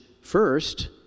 first